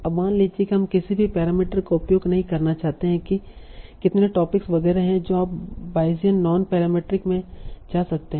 अब मान लीजिए कि हम किसी भी पैरामीटर का उपयोग नहीं करना चाहते हैं कि कितने टॉपिक्स वगैरह हैं तो आप बायेसियन नॉन पैरामीट्रिक में जा सकते है